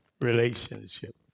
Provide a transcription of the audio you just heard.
relationship